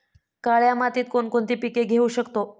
काळ्या मातीत कोणकोणती पिके घेऊ शकतो?